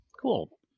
Cool